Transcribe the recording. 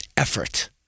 effort